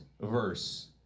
verse